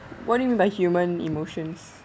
what do you mean by human emotions